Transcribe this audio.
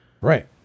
Right